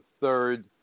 third